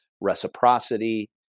reciprocity